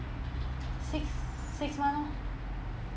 six six month lor